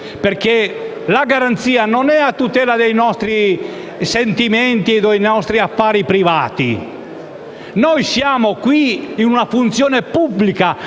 perché la garanzia non è a tutela dei nostri sentimenti o dei nostri affari privati. Noi, infatti, siamo qui in una funzione pubblica